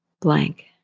Blank